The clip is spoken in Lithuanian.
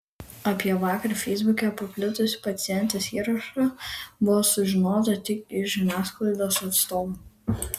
apie vakar feisbuke paplitusį pacientės įrašą buvo sužinota tik iš žiniasklaidos atstovų